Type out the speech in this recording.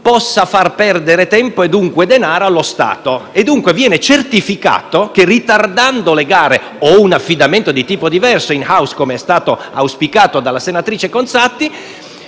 si faccia perdere tempo e dunque denaro allo Stato. Dunque viene certificato che, ritardando le gare o un affidamento di tipo diverso - *in house*, come è stato auspicato dalla senatrice Conzatti